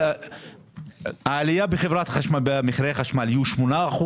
העלייה במחירי החשמל תהיה 8%?